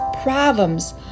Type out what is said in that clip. problems